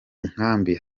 nkambi